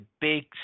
big